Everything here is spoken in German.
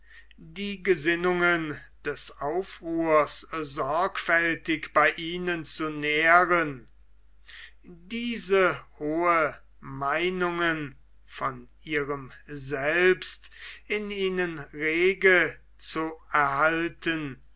die gesinnungen des aufruhrs sorgfältig bei ihnen zu nähren diese hohe meinungen von ihrem selbst in ihnen rege zu erhalten